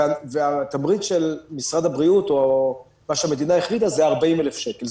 והתמריץ של משרד הבריאות או מה שהמדינה החליטה זה 40,000 שקל.